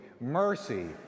Mercy